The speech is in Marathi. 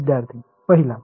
विद्यार्थीः पहिला